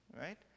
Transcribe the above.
right